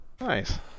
Nice